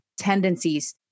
tendencies